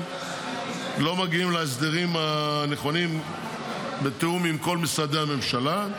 לא מגיעים להסדרים הנכונים בתיאום עם כל משרדי הממשלה.